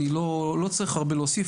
אני לא צריך הרבה להוסיף,